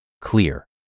Clear